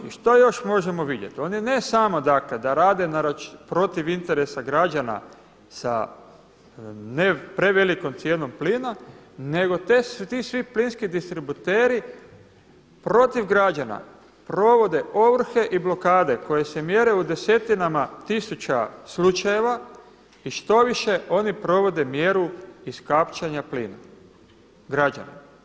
I što još možemo vidjeti, oni ne samo dakle da rade protiv interesa građana sa ne prevelikom cijenom plina nego ti svi plinski distributeri protiv građana provode ovrhe i blokade koje se mjere u desetinama tisuća slučajeva i štoviše oni provode mjeru iskapčanja plina građanima.